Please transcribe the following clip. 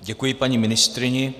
Děkuji paní ministryni.